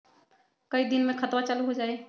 कई दिन मे खतबा चालु हो जाई?